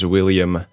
William